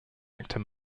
actor